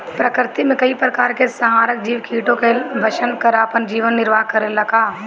प्रकृति मे कई प्रकार के संहारक जीव कीटो के भक्षन कर आपन जीवन निरवाह करेला का?